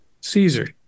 Caesar